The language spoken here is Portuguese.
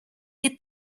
que